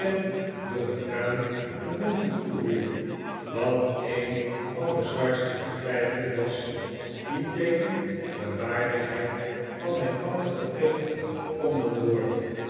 door het raam een lonkje toewierp wat een van de zwaarste vergrijpen was die tegen de waardigheid van mijn tante gepleegd konden worden